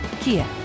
Kia